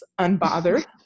unbothered